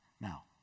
Now